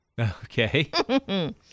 Okay